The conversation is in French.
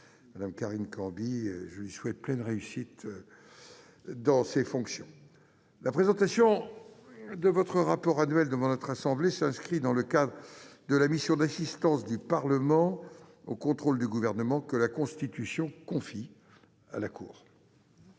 Mme Carine Camby, à qui je souhaite pleine réussite dans ses fonctions. La présentation de ce rapport annuel devant notre assemblée s'inscrit dans le cadre de la mission d'assistance du Parlement au contrôle du Gouvernement que la Constitution confie à la Cour.